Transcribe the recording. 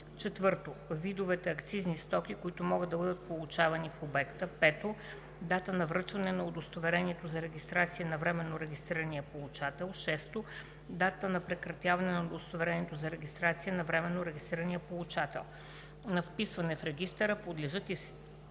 4. видовете акцизни стоки, които могат да бъдат получавани в обекта; 5. дата на връчване на удостоверението за регистрация на временно регистрирания получател; 6. дата на прекратяване на удостоверението за регистрация на временно регистрирания получател. (4) На вписване в регистъра подлежат и